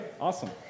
awesome